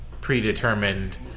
predetermined